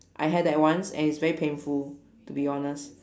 I had that once and it's very painful to be honest